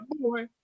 boy